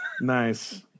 Nice